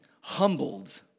humbled